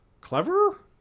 clever